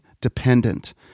dependent